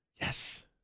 Yes